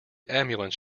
ambulance